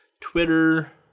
Twitter